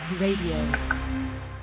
Radio